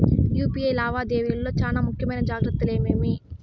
UPI లావాదేవీల లో చానా ముఖ్యమైన జాగ్రత్తలు ఏమేమి?